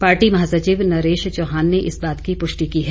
party महासचिव नरेश चौहान ने इस बात की पुष्टि की है